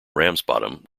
ramsbottom